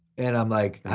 and i'm like